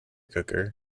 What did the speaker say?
cooker